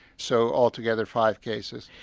so altogether five cases.